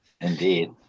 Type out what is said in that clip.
indeed